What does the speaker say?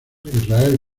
israel